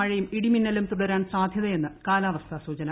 മഴയും ഇടിമിന്നലും തുടരാൻ സാധ്യതയെന്ന് കാലാവസ്ഥാ സൂചന